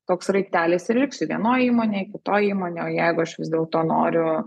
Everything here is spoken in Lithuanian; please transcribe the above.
toks sraigtelis ir liksiu vienoj įmonėj kitoj įmonėj o jeigu aš vis dėlto noriu